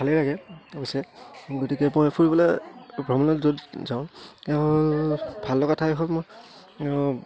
ভালেই লাগে অৱশ্যে গতিকে মই ফুৰিবলে ভ্ৰমণত য'ত যাওঁ ভাল লগা ঠাই হ'ল মোৰ